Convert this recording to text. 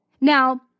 Now